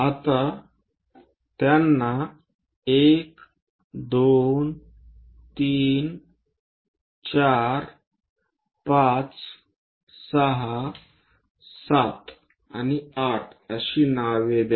आता त्यांना 1 2 3 4 5 6 7 आणि 8 अशी नावे द्या